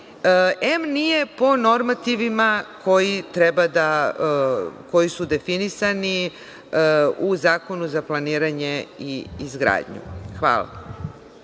em nije po normativima koji su definisani u Zakonu za planiranje i izgradnju. Hvala